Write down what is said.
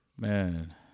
Man